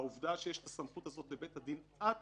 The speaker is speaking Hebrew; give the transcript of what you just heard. העובדה שיש את הסמכות הזו לבית הדין עד